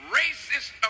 racist